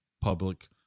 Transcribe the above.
public